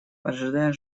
поджидая